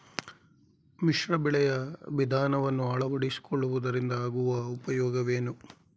ಮಿಶ್ರ ಬೆಳೆಯ ವಿಧಾನವನ್ನು ಆಳವಡಿಸಿಕೊಳ್ಳುವುದರಿಂದ ಆಗುವ ಉಪಯೋಗವೇನು?